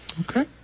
Okay